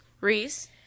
Reese